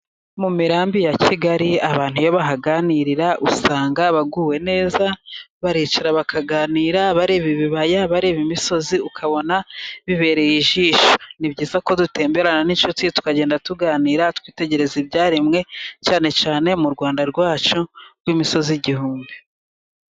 Mu mirambi ya Kigali abantu iyo bahaganirira usanga baguwe neza, baricara bakaganira bareba ibibaya, bareba imisozi, ukabona bibereye ijisho. Ni byiza ko dutemberana n'inshuti tukagenda tuganira, twitegereza ibyaremwe, cyane cyane mu Rwanda rwacu rw'imisozi igihumbi.